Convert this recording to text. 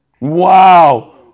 Wow